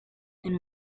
and